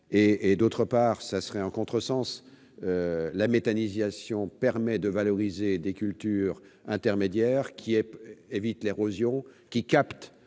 Prenons garde aux contresens : la méthanisation permet de valoriser des cultures intermédiaires qui évitent l'érosion et qui captent